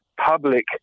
public